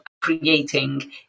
creating